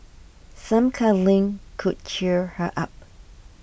some cuddling could cheer her up